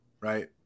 right